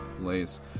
place